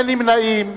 אין נמנעים.